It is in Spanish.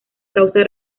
causa